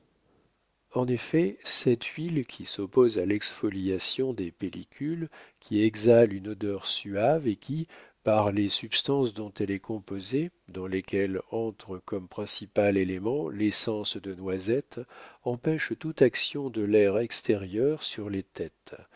en effet cette huile qui s'oppose à l'exfoliation des pellicules qui exhale une odeur suave et qui par les substances dont elle est composée dans lesquelles entre comme principal élément l'essence de noisette empêche toute action de l'air extérieur sur les têtes